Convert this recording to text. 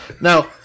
Now